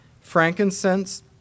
frankincense